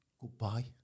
goodbye